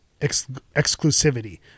exclusivity